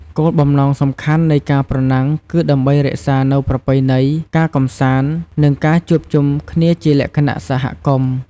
គោលបំណងសំខាន់នៃការប្រណាំងគឺដើម្បីរក្សានូវប្រពៃណី ការកម្សាន្ត និងការជួបជុំគ្នាជាលក្ខណៈសហគមន៍។